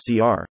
CR